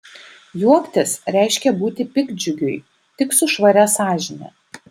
juoktis reiškia būti piktdžiugiui tik su švaria sąžine